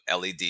LED